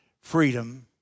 freedom